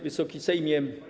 Wysoki Sejmie!